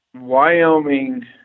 Wyoming